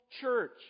church